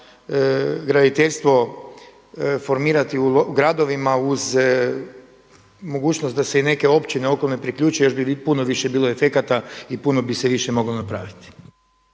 graditeljstvo formirati u gradovima uz mogućnost da se i neke općine okolne priključe još bi puno više bilo efekata i puno bi se više moglo napraviti.